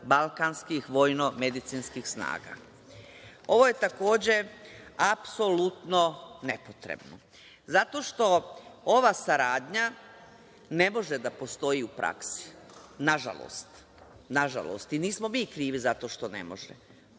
balkanskih vojnomedicinskih snaga. Ovo je, takođe, apsolutno nepotrebno. Zato što ova saradnja ne može da postoji u praksi, nažalost, i nismo mi krivi za to što ne može.